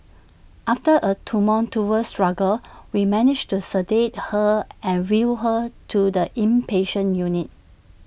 after A tumultuous struggle we managed to sedate her and wheel her to the inpatient unit